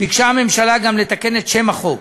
ביקשה הממשלה גם לתקן את שם החוק,